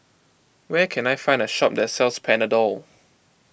where can I find a shop that sells Panadol